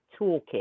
toolkit